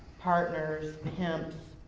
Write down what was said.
partners, pimps,